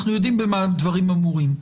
אנחנו יודעים במה דברים אמורים.